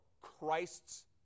Christ's